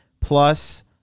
Plus